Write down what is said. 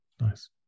Nice